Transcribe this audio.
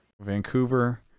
vancouver